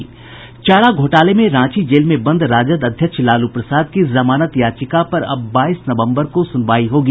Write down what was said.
चारा घोटाले में रांची जेल में बंद राजद अध्यक्ष लालू प्रसाद की जमानत याचिका पर अब बाईस नवम्बर को सुनवाई होगी